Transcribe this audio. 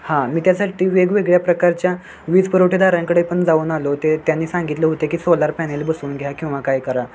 हां मी त्यासाठी वेगवेगळ्या प्रकारच्या वीज पुरवठेदारांकडे पण जाऊन आलो ते त्यांनी सांगितले होते की सोलार पॅनल बसवून घ्या किंवा काय करा